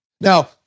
Now